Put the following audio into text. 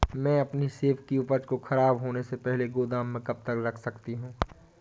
मैं अपनी सेब की उपज को ख़राब होने से पहले गोदाम में कब तक रख सकती हूँ?